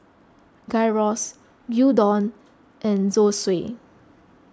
Gyros Gyudon and Zosui